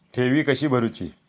ठेवी कशी भरूची?